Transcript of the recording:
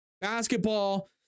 Basketball